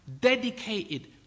Dedicated